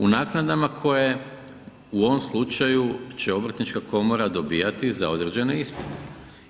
U naknadama koje u ovom slučaju će obrtnička komora dobivati za određene ispite.